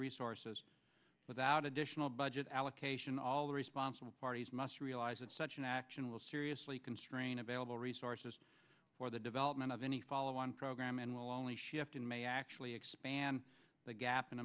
resources without additional budget allocation all the responsible parties must realize that such an action will seriously constrain available resources for the development of any follow on program and will only shift in may actually expand the gap in